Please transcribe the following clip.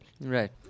Right